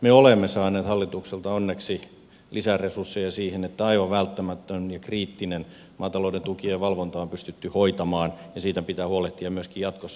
me olemme saaneet hallitukselta onneksi lisäresursseja siihen että aivan välttämätön ja kriittinen maatalouden tuki ja valvonta on pystytty hoitamaan ja siitä pitää huolehtia myöskin jatkossa